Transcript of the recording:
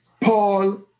Paul